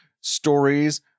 stories